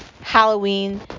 Halloween